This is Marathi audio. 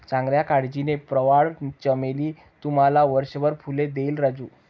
चांगल्या काळजीने, प्रवाळ चमेली तुम्हाला वर्षभर फुले देईल राजू